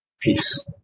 Peace